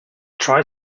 try